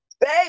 Baby